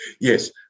Yes